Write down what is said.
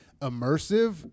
immersive